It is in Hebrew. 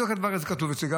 בדיוק הדבר הזה כתוב אצלי,